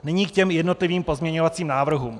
Nyní k jednotlivým pozměňovacím návrhům.